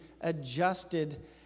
adjusted